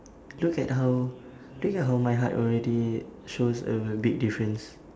look at how look at how my height already shows a big difference